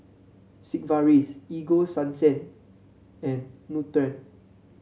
Sigvaris Ego Sunsense and Nutren